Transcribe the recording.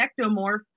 ectomorph